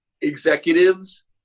executives